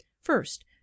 first